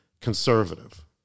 conservative